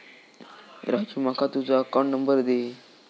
राजू माका तुझ account number दी